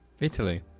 Italy